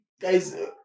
Guys